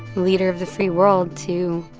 leader of the free world to